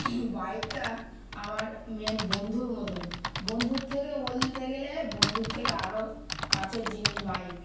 বাইকটা আমার মেন বন্ধুর মতন বন্ধুর থেকে বলতে গেলে বন্ধুর থেকে আরও কাচের জিনিস বাইক